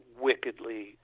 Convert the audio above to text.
wickedly